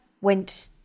went